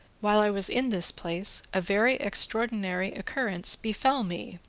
while i was in this place a very extraordinary occurrence befell me.